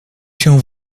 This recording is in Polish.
się